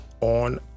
on